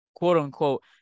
quote-unquote